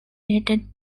related